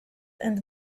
and